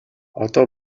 одоо